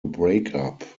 breakup